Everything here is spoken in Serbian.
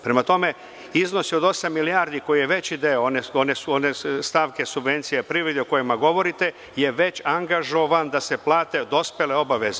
Prema tome, iznosi od osam milijardi, koji je veći deo one stavke subvencije privredi o kojima govorite, je već angažovan da se plate dospele obaveze.